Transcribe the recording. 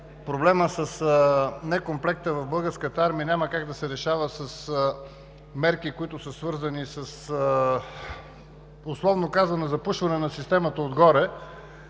проблемът с некомплекта в Българската армия няма как да се решава с мерки, които са свързани, условно казано, със запушване на системата отгоре,